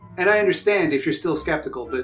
and i understand if you're still skeptical, but